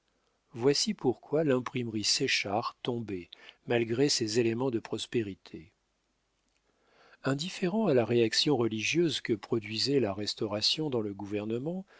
voici pourquoi l'imprimerie séchard tombait malgré ses éléments de prospérité indifférent à la réaction religieuse que produisait la restauration dans le gouvernement